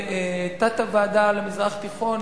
ותת-הוועדה למזרח התיכון,